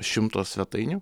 šimto svetainių